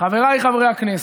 חבריי חברי הכנסת,